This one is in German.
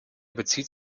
bezieht